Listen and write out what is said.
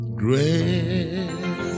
great